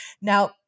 Now